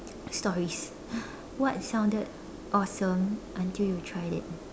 stories what sounded awesome until you tried it